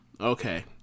okay